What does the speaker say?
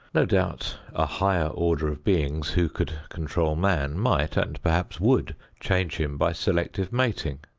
no doubt a higher order of beings who could control man might, and perhaps would change him by selective mating.